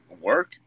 work